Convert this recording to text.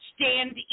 Stand